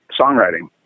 songwriting